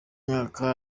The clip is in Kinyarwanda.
mwaka